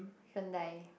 Honda